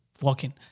walking